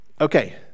Okay